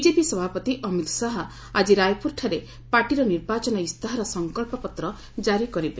BJP ସଭାପତି ଅମିତ୍ ଶାହା ଆଜି ରାୟପୁରଠାରେ ପାର୍ଟିର ନିର୍ବାଚନ ଇସ୍ତାହାର ସଙ୍କଳ୍ପପତ୍ର ଜାରି କରିବେ